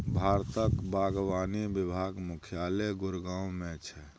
भारतक बागवानी विभाग मुख्यालय गुड़गॉव मे छै